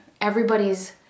Everybody's